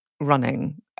running